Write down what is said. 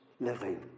living